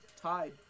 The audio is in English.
tied